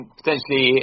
potentially